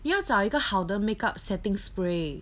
要找一个好的 make up setting spray